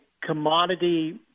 commodity